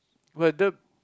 will the